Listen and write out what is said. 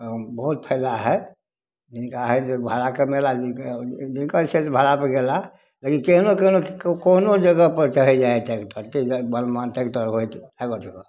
अँ बहुत फायदा हइ जिनका हइ जे भाड़ाके जिनकर सेट भाड़ापर गेलाह लेकिन केहनो केहनो कोनो जगहपर चढ़ि जाइ हइ ट्रैकटर ताहि दुआरे बलमान ट्रैकटर होइ